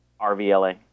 RVLA